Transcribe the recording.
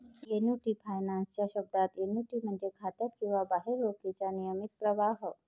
annuity finance च्या शब्दात, annuity म्हणजे खात्यात किंवा बाहेर रोखीचा नियमित प्रवाह